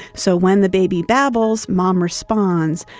so when the baby babbles, mom responds.